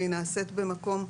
והיא נעשית במקום,